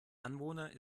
anwohner